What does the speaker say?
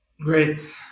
Great